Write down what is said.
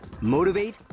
Motivate